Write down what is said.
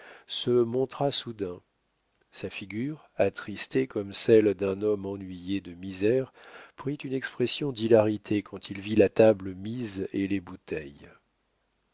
se montra soudain sa figure attristée comme celle d'un homme ennuyé de misère prit une expression d'hilarité quand il vit la table mise et les bouteilles